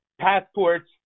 passports